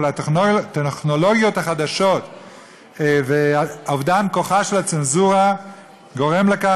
הטכנולוגיות החדשות ואובדן כוחה של הצנזורה גורמים לכך,